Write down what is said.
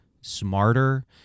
smarter